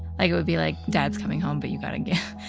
like it would be like, dad's coming home but you gotta